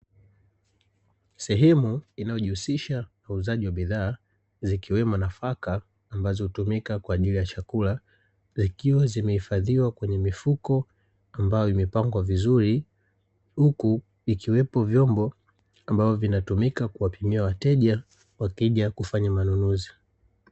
Sehemu inayojihusha na uuzaji wa bidhaa zikiwemo nafaka, ambazo hutumika kwa ajili ya chakula, zikiwa zimehifadhiwa kwenye mifuko ambayo imepangwa vizuri, huku vikiwepo vyombo ambavyo vinatumika kuwapimia wateja wakija kufanya manunuzi.